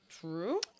true